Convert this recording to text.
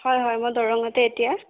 হয় হয় মই দৰঙতে এতিয়া